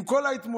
עם כל ההתמודדות.